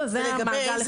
זה מעגל אחד.